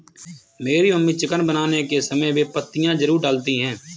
मेरी mummy chicken बनाने के समय बे पत्तियां जरूर डालती हैं